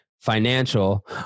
financial